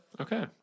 okay